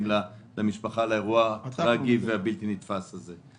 למשפחה על האירוע הטרגי והבלתי נתפס הזה.